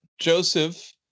Joseph